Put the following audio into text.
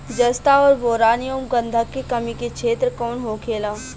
जस्ता और बोरान एंव गंधक के कमी के क्षेत्र कौन होखेला?